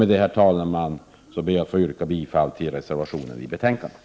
Med detta ber jag att få yrka bifall till reservationen vid betänkandet.